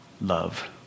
Love